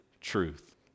truth